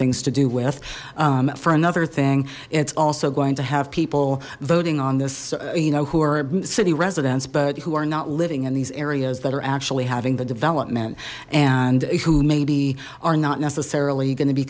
things to do with for another thing it's also going to have people vote on this you know who are city residents but who are not living in these areas that are actually having the development and who maybe are not necessarily going to be